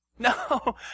No